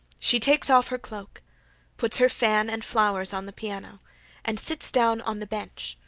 she takes off her cloak puts her fan and flowers on the piano and sits down on the bench,